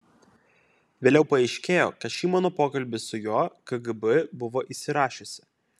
vėliau paaiškėjo kad šį mano pokalbį su juo kgb buvo įsirašiusi